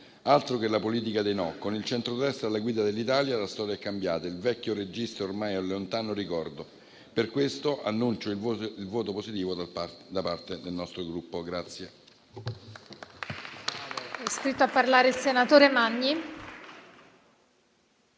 Altro che la politica dei no: con il centrodestra alla guida dell'Italia, la storia è cambiata e il vecchio registro è ormai un lontano ricordo. Per questo, annuncio il voto favorevole da parte del nostro Gruppo.